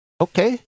okay